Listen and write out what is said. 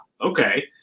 okay